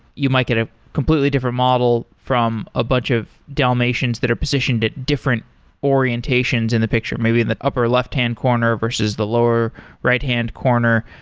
you might get a completely different model from a bunch of dalmatians that are positioned at different orientations in the picture, maybe in the upper left hand corner versus the lower right-hand corner,